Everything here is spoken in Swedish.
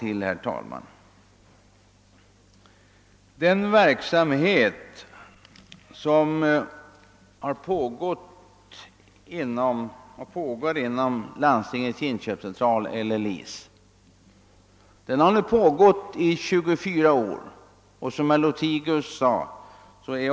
Verksamheten inom Landstingens inköpscentral — LIC — har nu pågått i 24 år. Eftersom mitt eget landsting är medlem i LIC och mycket uppskattar dess verksamhet, har jag sökt skaffa fram en del uppgifter från organisationen, och jag skall nämna några siffror.